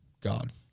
God